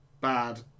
bad